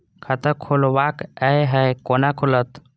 खाता खोलवाक यै है कोना खुलत?